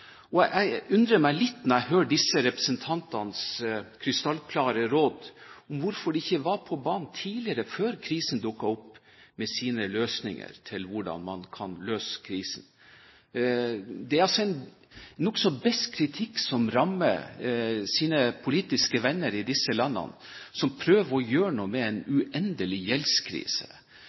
og jeg undrer meg litt over når jeg hører disse representantenes krystallklare råd, hvorfor de ikke var på banen tidligere, før krisen dukket opp, med sine løsninger til hvordan man kan løse krisen. Det er en nokså besk kritikk som rammer deres politiske venner i disse landene, som prøver å gjøre noe med en uendelig gjeldskrise,